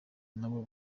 nabo